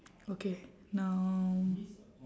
okay now